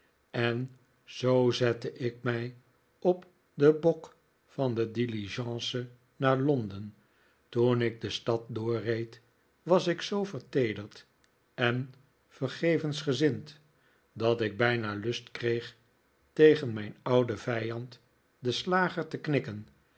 en zoo zette ik mij op den bok van de diligence naar londen toen ik de stad doorreed was ik zoo verteederd en vergevensgezind dat ik bijna lust kreeg tegen mijn ouden vijand den slager te knikken